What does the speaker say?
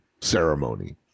ceremony